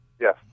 Yes